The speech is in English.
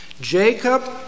Jacob